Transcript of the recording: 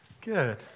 Good